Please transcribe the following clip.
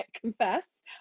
confess